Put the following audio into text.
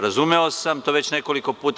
Razumeo sam to već nekoliko puta.